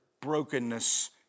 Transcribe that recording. brokenness